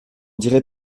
dirai